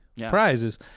prizes